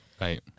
Right